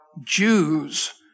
Jews